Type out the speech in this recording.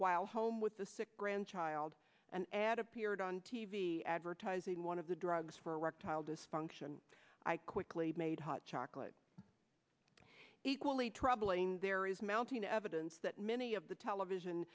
while home with the sick grandchild an ad appeared on t v advertising one of the drugs for reptile dysfunction i quickly made hot chocolate equally troubling there is mounting evidence that many of the television